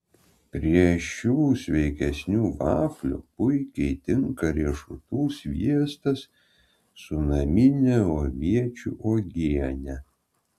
prieš šių sveikesnių vaflių puikiai tinka riešutų sviestas su namine aviečių uogiene